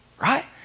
right